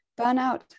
burnout